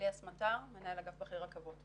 אליאס מטר, מנהל אגף בכיר רכבות.